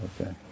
Okay